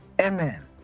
Amen